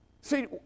See